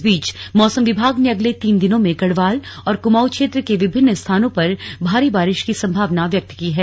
इस बीच मौसम विभाग ने अगले तीन दिनों में गढ़वाल और कुमाऊं क्षेत्र के विभिन्न स्थानों पर भारी बारिश की संभावना व्यक्त की है